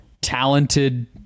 talented